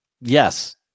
Yes